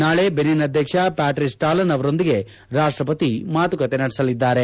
ನಾಳೆ ಬೆನಿನ್ ಅಧ್ಯಕ್ಷ Patrice Talon ಅವರೊಂದಿಗೆ ರಾಷ್ಟಪತಿ ಮಾತುಕತೆ ನಡೆಸಲಿದ್ದಾರೆ